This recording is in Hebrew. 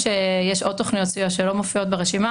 יש עוד תכניות סיוע שלא מופיעות ברשימה.